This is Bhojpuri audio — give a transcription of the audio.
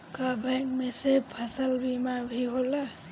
का बैंक में से फसल बीमा भी होला?